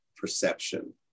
perception